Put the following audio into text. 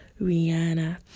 Rihanna